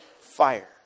Fire